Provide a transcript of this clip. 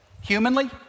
humanly